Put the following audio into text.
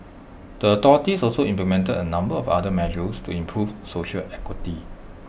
the authorities also implemented A number of other measures to improve social equity